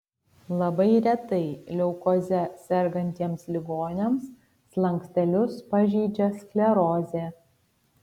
labai retai leukoze sergantiems ligoniams slankstelius pažeidžia sklerozė